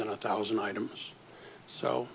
than a thousand items so